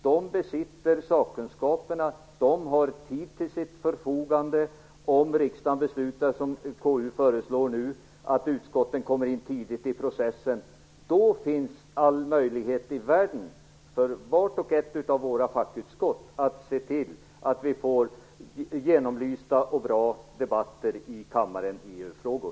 De besitter sakkunskaperna, och de har tid till sitt förfogande, om riksdagen beslutar som KU nu föreslår, nämligen att utskotten kommer in tidigt i processen. Då finns all möjlighet i världen för vart och ett av våra fackutskott att se till att vi får genomlysta och bra debatter i kammaren i EU-frågor.